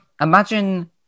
imagine